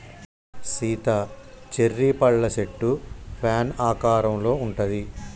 Sita cherry పళ్ళ సెట్టు fan ఆకారంలో ఉంటది